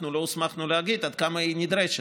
לא הוסמכנו להגיד עד כמה היא נדרשת.